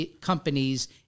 companies